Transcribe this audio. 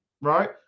Right